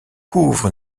couvre